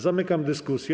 Zamykam dyskusję.